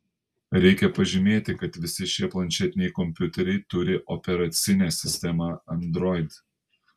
reikia pažymėti kad visi šie planšetiniai kompiuteriai turi operacinę sistemą android